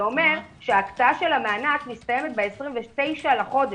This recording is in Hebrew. זה אומר שההקצאה של המענק מסתיימת ב-29 לחודש,